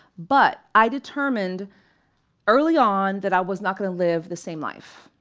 but i determined early on that i was not going to live the same life.